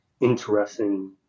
interesting